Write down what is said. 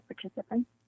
participants